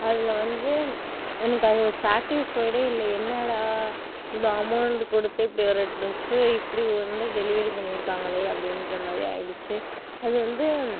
அதில் வந்து எனக்கு அது ஒரு சாட்டிஸ்ஃபைடு இல்லை என்னடா இவ்வளோ அமௌண்டு கொடுத்து இப்படி ஒரு ட்ரெஸ்ஸை இப்படி வந்து டெலிவரி பண்ணியிருக்காங்களே அப்படின்ற மாதிரி ஆகிடுச்சி அது வந்து